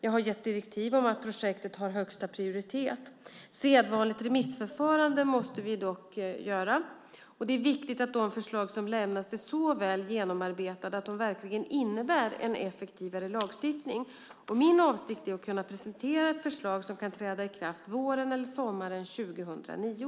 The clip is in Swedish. Jag har gett direktiv om att projektet har högsta prioritet. Sedvanligt remissförfarande måste dock iakttas, och det är viktigt att de förslag som lämnas är så väl genomarbetade att de verkligen innebär en effektivare lagstiftning. Min avsikt är att kunna presentera ett förslag som kan träda i kraft våren eller sommaren 2009.